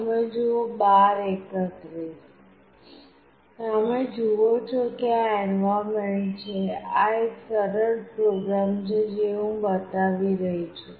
તમે જુઓ છો કે આ એન્વાયરમેન્ટ છે આ એક સરળ પ્રોગ્રામ છે જે હું બતાવી રહી છું